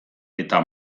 eta